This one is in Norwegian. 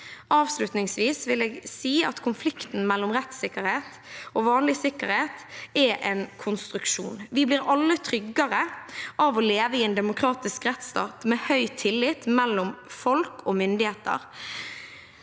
Avslutningsvis vil jeg si at konflikten mellom rettssikkerhet og vanlig sikkerhet er en konstruksjon. Vi blir alle tryggere av å leve i en demokratisk rettsstat med høy tillit mellom folk og myndigheter